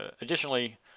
Additionally